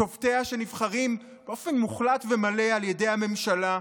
שופטיה נבחרים באופן מוחלט ומלא על ידי הממשלה.